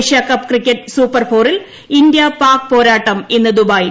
Asia cup cricket സൂപ്പർഫോറിൽ India Pak പോരാട്ടം ഇന്ന് ദുബായിൽ